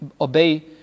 obey